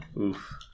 Oof